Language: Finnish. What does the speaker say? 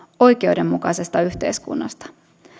oikeudenmukaisesta yhteiskunnasta